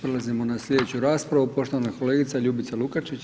Prelazimo na sljedeću raspravu, poštovana kolegica Ljubica Lukačić.